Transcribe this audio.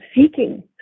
seeking